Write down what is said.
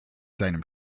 seinem